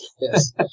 Yes